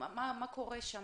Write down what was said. מה קורה שם?